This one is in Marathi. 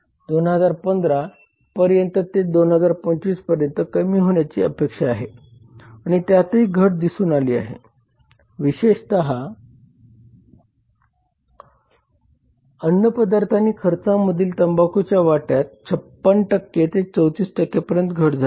2015 पर्यंत ते 2025 पर्यंत कमी होण्याची अपेक्षा आहे आणि त्यातही घट दिसून आली आहे विशेषत अन्नपदार्थ आणि खर्चांमधील तंबाखूच्या वाट्यात 56 ते 34 पर्यंत घट झाली आहे